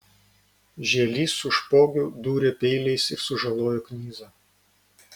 žielys su špogiu dūrė peiliais ir sužalojo knyzą